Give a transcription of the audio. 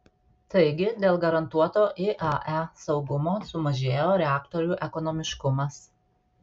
taigi dėl garantuoto iae saugumo sumažėjo reaktorių ekonomiškumas